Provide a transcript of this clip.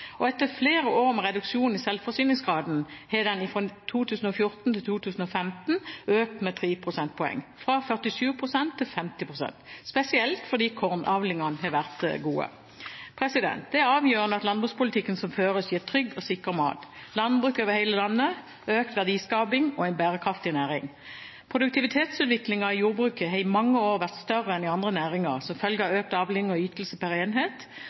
pst. Etter flere år med reduksjon i selvforsyningsgraden har den fra 2014 til 2015 økt med 3 prosentpoeng, fra 47 pst. til 50 pst., spesielt fordi kornavlingene har vært gode. Det er avgjørende at landbrukspolitikken som føres, gir trygg og sikker mat, landbruk over hele landet, økt verdiskaping og en bærekraftig næring. Produktivitetsutviklingen i jordbruket har i mange år vært større enn i andre næringer som følge av økt avling og ytelse pr. enhet.